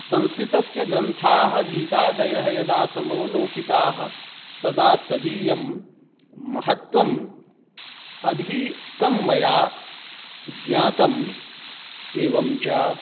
संस्कृतस्य ग्रन्थाः गीतादयः यदा समवलोकितः तदा तदीयं महत्त्वम् अधिकं मया ज्ञातं एवं च